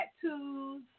tattoos